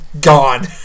gone